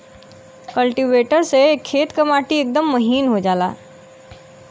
cultivator से खेत क माटी एकदम महीन हो जाला